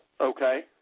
Okay